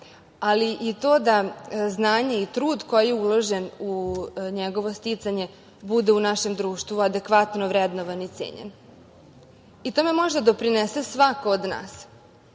ali i to da znanje i trud koji je uložen u njegovo stucanje bude u našem društvu bude adekvatno vrednovan i cenjen. Tome može da doprinese svako od nas